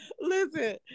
Listen